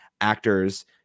actors